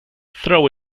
throw